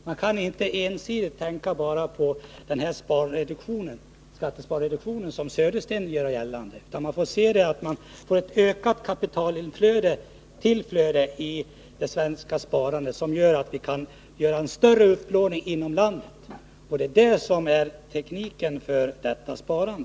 Man kan inte ensidigt se bara till skattereduktionen, vilket Bo Södersten vill göra gällande. Man måste se till att man får ett ökat kapitaltillflöde i det svenska sparandet, vilket möjliggör en större upplåning inom landet. Det är tekniken för detta sparande.